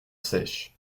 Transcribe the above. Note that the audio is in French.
seiche